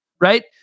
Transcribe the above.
right